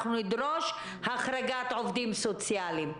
אנחנו נדרוש החרגת עובדים סוציאליים,